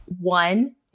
one